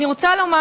אני רוצה לדבר